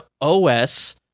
OS